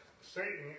Satan